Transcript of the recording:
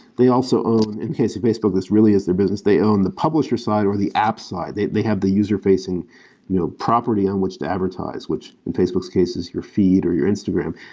they also own, in the case of facebook, this really is their business, they own the publisher side, or the app side. they they have the user facing you know property on which to advertise, which in facebook's case is your feed, or your instagram.